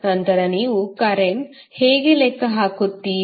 ನಂತರ ನೀವು ಕರೆಂಟ್ಅನ್ನು ಹೇಗೆ ಲೆಕ್ಕ ಹಾಕುತ್ತೀರಿ